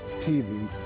TV